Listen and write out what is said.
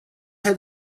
had